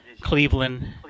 Cleveland